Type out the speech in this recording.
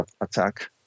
attack